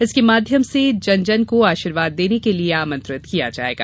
इसके माध्यम से जन जन को आशीर्वाद देने के लिए आंमत्रित किया जाएगा